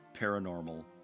paranormal